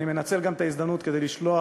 אני מנצל גם את ההזדמנות כדי לשלוח